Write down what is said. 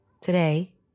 Today